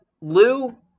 Lou